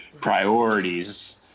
priorities